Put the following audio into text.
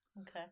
Okay